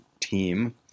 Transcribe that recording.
team